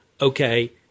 Okay